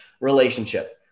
relationship